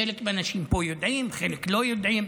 חלק מהאנשים פה יודעים, חלק לא יודעים.